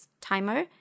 timer